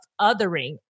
othering